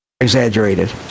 exaggerated